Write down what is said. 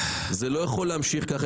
זה לא יכול להמשיך ככה.